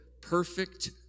perfect